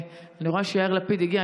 אני רואה שיאיר לפיד הגיע.